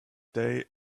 day